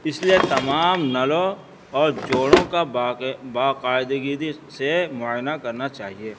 اس لیے تمام نلوں اور جوڑوں کا باق باقاعدگی سے معائنہ کرنا چاہیے